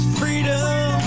freedom